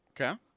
Okay